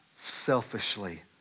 selfishly